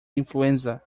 influenza